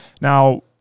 now